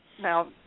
now